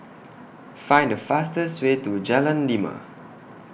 Find The fastest Way to Jalan Lima